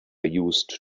used